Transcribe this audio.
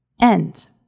End